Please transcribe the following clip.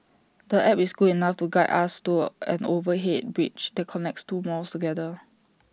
the app is good enough to guide us to an overhead bridge that connects two malls together